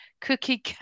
Cookie